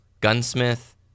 Gunsmith